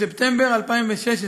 בספטמבר 2016,